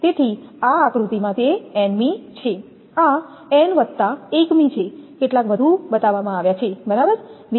તેથી આ આકૃતિમાં તે n મી છે આ 𝑛 1 મી છે કેટલાક વધુ બતાવવામાં આવ્યા છે બરાબર